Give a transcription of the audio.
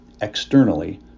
externally